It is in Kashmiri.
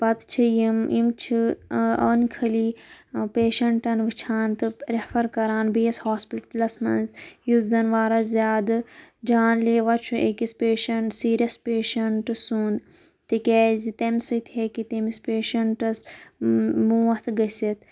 پَتہٕ چھِ یِم یِم چھِ أنۍ کھٔلی پیشَنٹَن وُچھان تہٕ ریفَر کَران بیٚیِس ہاسپِٹَلَس مَنٛز یُس زَن واراہ زِیادٕ جان لیٚواہ چھُ أکِس پیشنٛٹ سیٖریَس پیشنٛٹہٕ سُنٛد تِکیٛازِ تَمہِ سۭتۍ ہیٚکہِ تٔمِس پیشنٛٹَس موتھ گٔژھِتھ